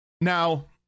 Now